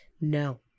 No